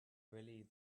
really